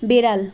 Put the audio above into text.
বেড়াল